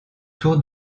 tour